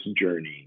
journey